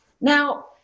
Now